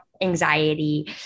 anxiety